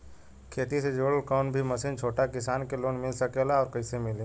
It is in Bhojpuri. खेती से जुड़ल कौन भी मशीन छोटा किसान के लोन मिल सकेला और कइसे मिली?